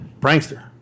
prankster